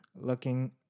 looking